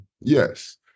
Yes